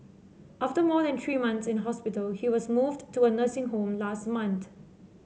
after more than three months in hospital he was moved to a nursing home last month